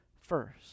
first